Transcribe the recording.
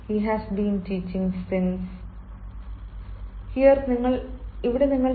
I have been teaching " he has been teaching since" he has been teaching since